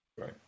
Right